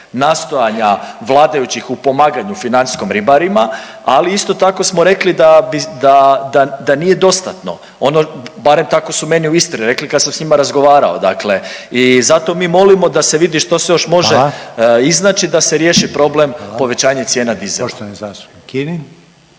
nastojanja vladajućih u pomaganju financijskom ribarima, ali isto tako smo rekli da bi, da, da, da nije dostatno ono, barem tako su meni u Istri rekli kad sam s njima razgovarao dakle i zato mi molimo da se vidi što se još može…/Upadica Reiner: Hvala/…iznaći da